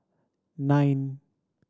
nine